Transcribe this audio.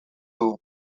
dugu